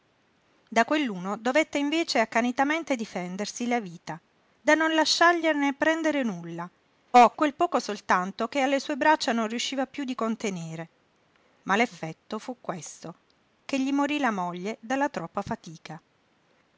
da quell'uno dovette invece accanitamente difendersi la vita da non lasciargliene prendere nulla o quel poco soltanto che alle sue braccia non riusciva piú di contenere ma l'effetto fu questo che gli morí la moglie dalla troppa fatica